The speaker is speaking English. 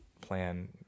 plan